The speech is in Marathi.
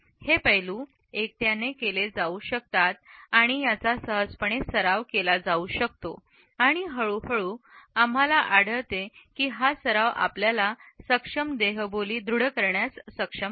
हे पैलू एकट्याने केले जाऊ शकतात आणि याचा सहजपणे सराव केला जाऊ शकतो आणि हळूहळू आम्हाला आढळतो की हा सराव आपल्याला सक्षम देहबोली दृढ करण्यास सक्षम करतो